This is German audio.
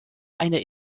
einer